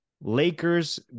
Lakers